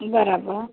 બરાબર